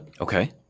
Okay